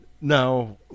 Now